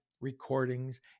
recordings